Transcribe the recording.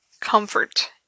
comfort